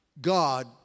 God